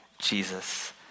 Jesus